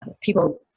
people